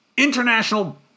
international